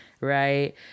right